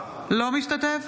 אינו משתתף